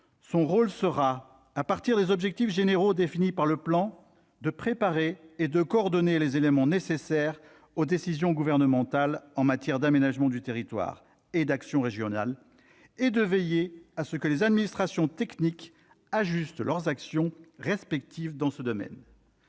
Son rôle sera, à partir des objectifs généraux définis par le plan, de préparer et de coordonner les éléments nécessaires aux décisions gouvernementales en matière d'aménagement du territoire et d'action régionale et de veiller à ce que les administrations techniques ajustent leurs actions respectives dans ce domaine.